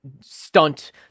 stunt